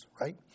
right